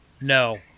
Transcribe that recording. No